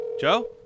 Joe